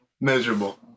Miserable